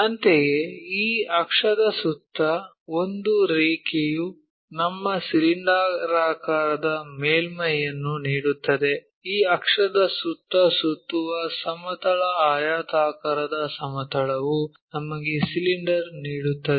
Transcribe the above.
ಅಂತೆಯೇ ಈ ಅಕ್ಷದ ಸುತ್ತ ಒಂದು ರೇಖೆಯು ನಮಗೆ ಸಿಲಿಂಡರಾಕಾರದ ಮೇಲ್ಮೈಯನ್ನು ನೀಡುತ್ತದೆ ಆ ಅಕ್ಷದ ಸುತ್ತ ಸುತ್ತುವ ಸಮತಲ ಆಯತಾಕಾರದ ಸಮತಲವು ನಮಗೆ ಸಿಲಿಂಡರ್ ನೀಡುತ್ತದೆ